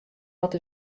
dat